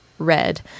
red